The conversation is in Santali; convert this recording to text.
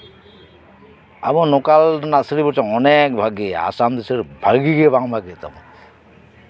ᱟᱵᱚ ᱞᱚᱠᱟᱞ ᱨᱮᱱᱟᱜ ᱥᱟᱹᱲᱤ ᱵᱚᱨᱚᱝ ᱚᱱᱮᱠ ᱵᱷᱟᱹᱜᱤᱭᱟ ᱟᱥᱟᱢ ᱫᱤᱥᱳᱢ ᱥᱟᱹᱲᱤ ᱵᱷᱟᱹᱜᱤ ᱜᱮ ᱵᱟᱝ ᱵᱷᱟᱜᱤ ᱛᱟᱢᱟ